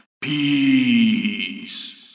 peace